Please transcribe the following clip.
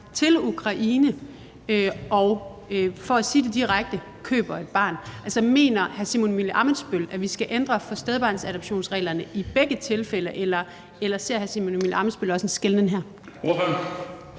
til Ukraine og, for at sige det direkte, køber et barn. Altså, mener hr. Simon Emil Ammitzbøll-Bille, at vi skal ændre på stedbarnsadoptionsreglerne i begge tilfælde? Eller ser hr. Simon Emil Ammitzbøll-Bille også en skelnen her?